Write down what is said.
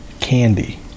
candy